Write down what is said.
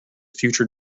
future